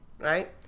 right